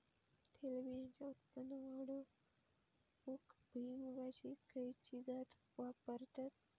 तेलबियांचा उत्पन्न वाढवूक भुईमूगाची खयची जात वापरतत?